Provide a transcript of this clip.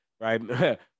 right